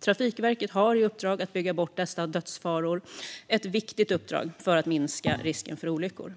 Trafikverket har i uppdrag att bygga bort dessa dödsfaror, och det är ett viktigt uppdrag för att minska risken för olyckor.